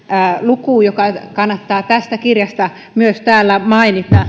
luku joka kannattaa tästä kirjasta myös täällä mainita